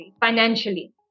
financially